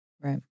Right